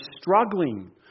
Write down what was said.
struggling